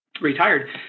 retired